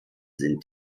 sind